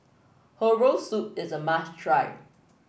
Herbal Soup is a must try